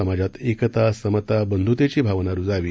समाजात एकता समता बंधुतेची भावना रुजावी